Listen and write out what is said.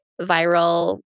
viral